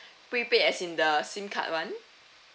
prepaid as in the SIM card [one]